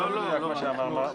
זה לא מה שאמרנו.